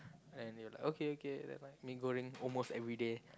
and they are like okay okay never mind mee-goreng almost everyday